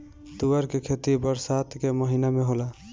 तूअर के खेती बरसात के महिना में होला